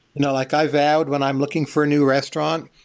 you know like i vowed, when i'm looking for a new restaurant,